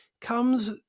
comes